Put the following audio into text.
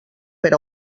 per